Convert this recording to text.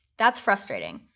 that's frustrating.